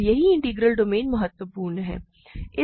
अब यहां integral domain महत्वपूर्ण है